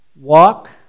walk